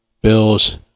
Bills